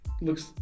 looks